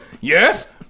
Yes